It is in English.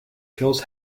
kills